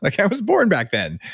ah kind of was born back then.